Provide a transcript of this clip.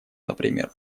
например